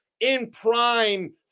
in-prime